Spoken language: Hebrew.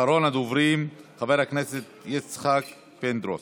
אחרון הדוברים, חבר הכנסת יצחק פינדרוס.